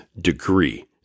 degree